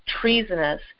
treasonous